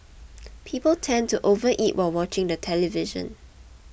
people tend to overeat while watching the television